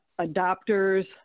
adopters